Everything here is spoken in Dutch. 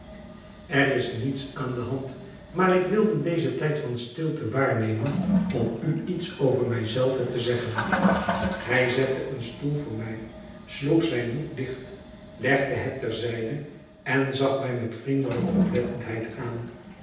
er is niets aan de hand maar ik wilde dezen tijd van stilte waarnemen om u iets over mij zelve te zeggen hij zette een stoel voor mij sloeg zijn boek dicht legde het ter zijde en zag mij met vriendelijke oplettendheid aan